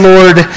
Lord